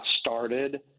started